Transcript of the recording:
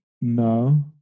No